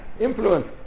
influence